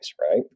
right